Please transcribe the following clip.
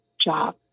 job